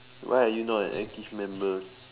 why are you not an active member